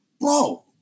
bro